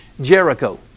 Jericho